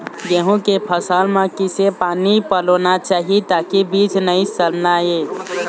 गेहूं के फसल म किसे पानी पलोना चाही ताकि बीज नई सड़ना ये?